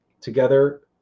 Together